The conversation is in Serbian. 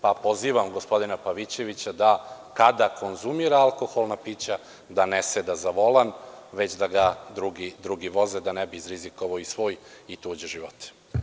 Pozivam gospodina Pavićevića da kada konzumira alkoholna pića da ne seda za volan, već da ga drugi voze da ne bi izrizikovao svoj i tuđe živote.